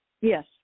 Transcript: Yes